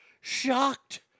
shocked